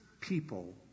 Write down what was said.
people